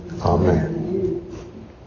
Amen